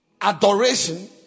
adoration